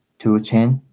two chain